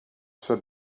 said